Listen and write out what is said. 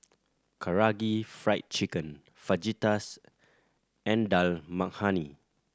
Karaage Fried Chicken Fajitas and Dal Makhani